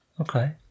Okay